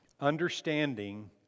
understanding